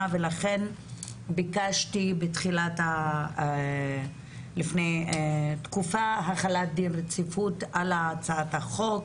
ולכן ביקשתי לפני תקופה החלת דין רציפות על הצעת החוק.